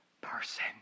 person